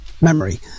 memory